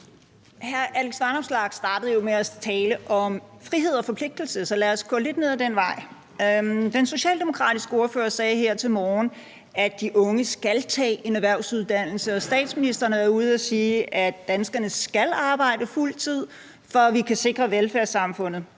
Hr. Alex Vanopslagh startede jo med at tale om frihed og forpligtelser, så lad os gå lidt ned ad den vej. Den socialdemokratiske ordfører sagde her til morgen, at de unge skal tage en erhvervsuddannelse, og statsministeren er jo ude at sige, at danskerne skal arbejde fuld tid, for at vi kan sikre velfærdssamfundet.